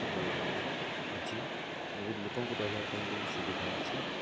ସବୁ ଅଛି ଏବେ ଲୋକଙ୍କୁ ରହିବାପାଇଁ ବି ସୁବିଧା ଅଛି